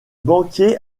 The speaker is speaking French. banquier